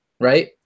Right